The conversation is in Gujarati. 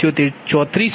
7734 p